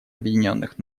объединенных